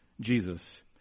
Jesus